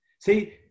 See